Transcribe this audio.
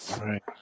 Right